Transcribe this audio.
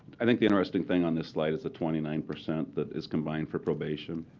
i think the interesting thing on this slide is the twenty nine percent that is combined for probation.